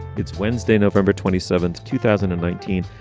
it's wednesday, november twenty seven, two thousand and nineteen.